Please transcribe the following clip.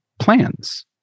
plans